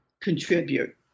contribute